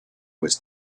was